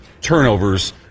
turnovers